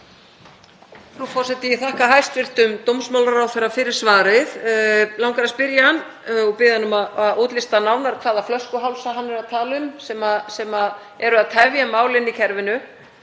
Frú forseti. Ég þakka hæstv. dómsmálaráðherra fyrir svarið. Mig langar að spyrja hann og biðja hann um að útlista nánar hvaða flöskuhálsa hann er að tala um sem tefji málin í kerfinu.